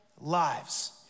lives